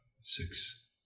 six